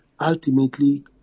ultimately